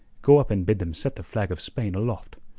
go up and bid them set the flag of spain aloft.